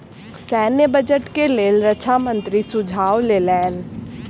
सैन्य बजट के लेल रक्षा मंत्री सुझाव लेलैन